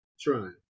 Trying